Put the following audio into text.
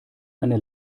eine